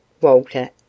Walter